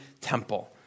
temple